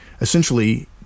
essentially